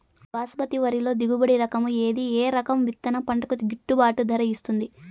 బాస్మతి వరిలో దిగుబడి రకము ఏది ఏ రకము విత్తనం పంటకు గిట్టుబాటు ధర ఇస్తుంది